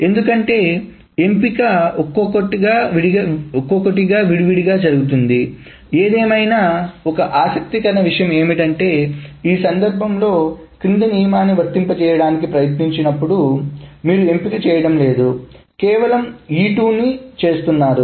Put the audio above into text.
ఎందుకంటే ఎంపిక ఒక్కొక్కటిగా విడివిడిగా జరుగుతుంది ఏదేమైనా ఒక ఆసక్తికరమైన విషయం ఏమిటంటే ఈ సందర్భంలో కింది నియమాన్ని వర్తింపజేయడానికి ప్రయత్నించినప్పుడు మీరు ఎంపిక చేయడం లేదు కేవలం E2 ను E2 చేస్తున్నారు